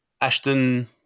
Ashton